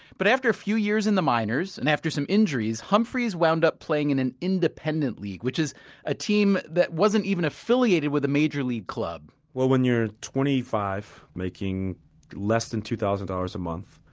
but after a few years in the minors, and after some injuries, humphries wound up playing in an independent league, which is a team that wasn't even affiliated with a major league club well when you're twenty five, making less than two thousand dollars a month,